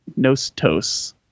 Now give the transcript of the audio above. nostos